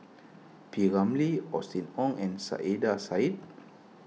P Ramlee Austen Ong and Saiedah Said